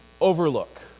overlook